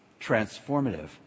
transformative